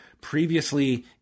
previously